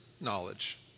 knowledge